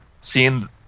seeing